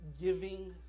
giving